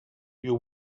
you